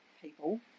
people